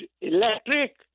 Electric